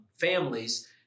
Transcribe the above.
families